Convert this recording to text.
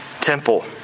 temple